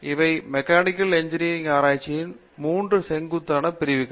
இவை mechanical engineering ஆராய்ச்சியில் 3 செங்குத்தான பிரிவுகள்